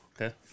okay